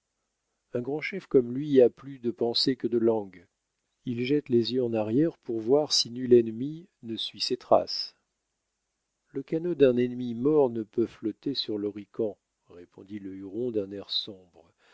un grand chef comme lui a plus de pensée que de langue il jette les yeux en arrière pour voir si nul ennemi ne suit ses traces le canot d'un ennemi mort ne peut flotter sur l'horican répondit le huron d'un air sombre